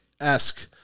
-esque